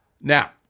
Now